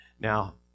Now